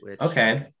Okay